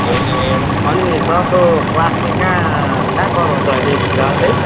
ए अनि सरको क्लास चाहिँ कहाँ कहाँ गराउँछ अहिले फिलहाल चाहिँ